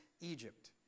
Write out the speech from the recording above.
Egypt